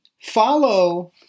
follow